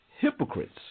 Hypocrites